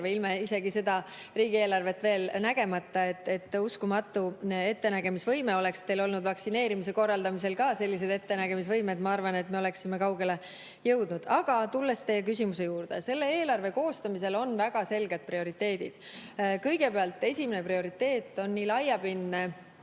isegi veel ilma riigieelarvet nägemata. Uskumatu ettenägemisvõime. Oleks teil olnud vaktsineerimise korraldamisel ka sellised ettenägemisvõimed, siis ma arvan, et me oleksime kaugele jõudnud. Aga tulen teie küsimuse juurde. Selle eelarve koostamisel on väga selged prioriteedid. Kõigepealt, esimene prioriteet on nii sõjaline